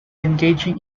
engaging